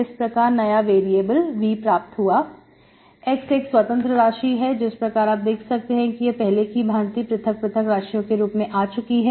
इस प्रकार नया वेरिएबल V प्राप्त हुआ x एक स्वतंत्र राशि है जिस प्रकार आप देख सकते हैं कि यह पहले की ही भांति पृथक पृथक राशियों के रूप में आ चुकी है